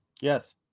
Yes